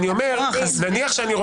אני לא